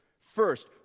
First